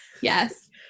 Yes